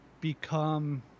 become